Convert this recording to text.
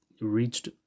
reached